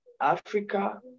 Africa